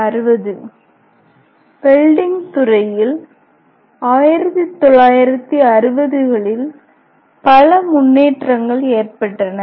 1960 welding துறையில் 1960களில் பல முன்னேற்றங்கள் ஏற்பட்டன